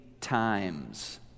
times